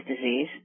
disease